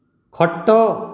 ଖଟ